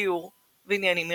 דיור ועניינים עירוניים.